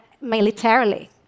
militarily